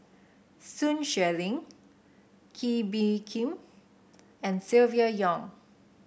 Sun Xueling Kee Bee Khim and Silvia Yong